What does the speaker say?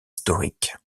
historiques